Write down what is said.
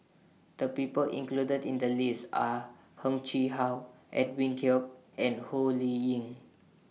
The People included in The list Are Heng Chee How Edwin Koek and Ho Lee Ling